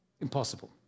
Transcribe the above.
Impossible